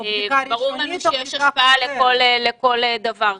ברור שיש השפעה לכל דבר כזה.